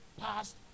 passed